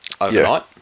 overnight